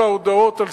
כל ההודעות על